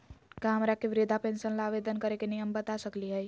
का हमरा के वृद्धा पेंसन ल आवेदन करे के नियम बता सकली हई?